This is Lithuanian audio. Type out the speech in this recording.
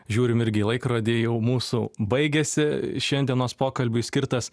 žiūrim irgi į laikrodį jau mūsų baigėsi šiandienos pokalbiui skirtas